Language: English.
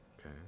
okay